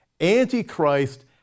Antichrist